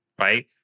right